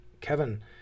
Kevin